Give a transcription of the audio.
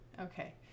okay